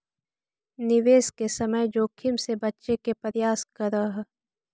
निवेश के समय जोखिम से बचे के प्रयास करऽ